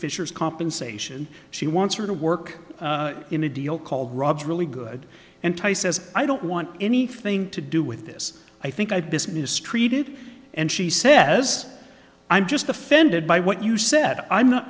fissures compensation she wants her to work in a deal called rob's really good anti says i don't want anything to do with this i think i've business treated and she says i'm just offended by what you said i'm not